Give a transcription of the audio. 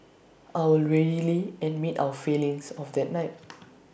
I would readily admit our failings of that night